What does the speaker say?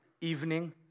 evening